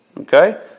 Okay